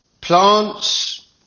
Plants